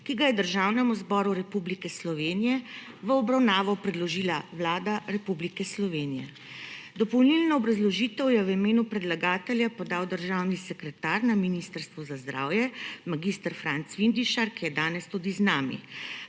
ki ga je Državnemu zboru Republike Slovenije v obravnavo predložila Vlada Republike Slovenije. Dopolnilno obrazložitev je v imenu predlagatelja podal državni sekretar na Ministrstvu za zdravje mag. Franc Vindišar, ki je danes tudi z nami.